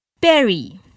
berry